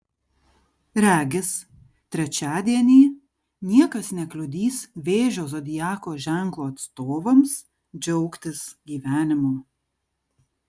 regis trečiadienį niekas nekliudys vėžio zodiako ženklo atstovams džiaugtis gyvenimu